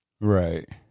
Right